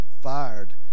fired